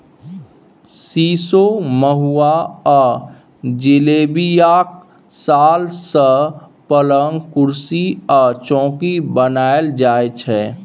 सीशो, महुआ आ जिलेबियाक साल सँ पलंग, कुरसी आ चौकी बनाएल जाइ छै